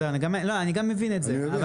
וגם אני מבין את זה.